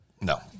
No